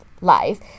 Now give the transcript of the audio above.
life